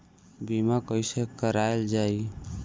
बीमा कैसे कराएल जाइ?